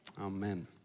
Amen